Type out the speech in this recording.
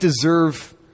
deserve